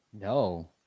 No